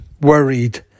worried